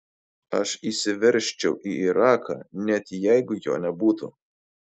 aš įsiveržčiau į iraką net jeigu jo nebūtų